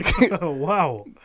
Wow